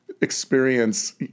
experience